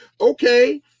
Okay